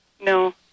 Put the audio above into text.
No